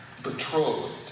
Betrothed